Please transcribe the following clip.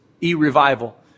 e-revival